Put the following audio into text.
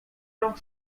rąk